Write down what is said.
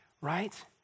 right